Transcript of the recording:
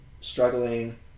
Struggling